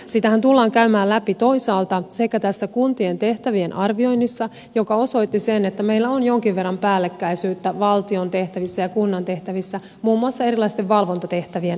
sitähän tullaan käymään läpi toisaalta tässä kuntien tehtävien arvioinnissa joka osoitti sen että meillä on jonkin verran päällekkäisyyttä valtion tehtävissä ja kunnan tehtävissä muun muassa erilaisten valvontatehtävien osalta